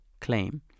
claim